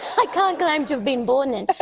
i can't claim to have been born then.